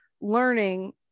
learning